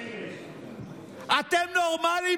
אתם נורמליים?